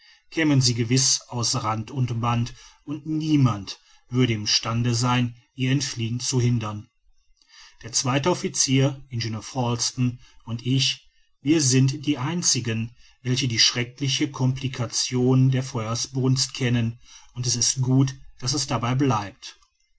kämen sie gewiß aus rand und band und niemand würde im stande sein ihr entfliehen zu hindern der zweite officier ingenieur falsten und ich wir sind die einzigen welche die schreckliche complication der feuersbrunst kennen und es ist gut daß es dabei bleibt